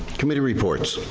committee reports,